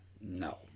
No